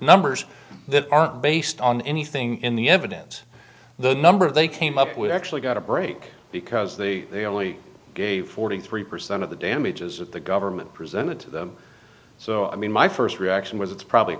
numbers that aren't based on anything in the evidence the number they came up with actually got a break because they only gave forty three percent of the damages that the government presented to them so i mean my first reaction was it's probably a